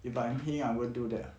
if I'm him I won't do that ah